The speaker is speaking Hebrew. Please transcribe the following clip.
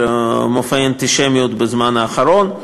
של מופעי אנטישמיות בזמן האחרון.